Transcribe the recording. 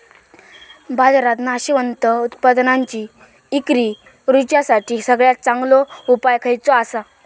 बाजारात नाशवंत उत्पादनांची इक्री करुच्यासाठी सगळ्यात चांगलो उपाय खयचो आसा?